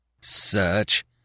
Search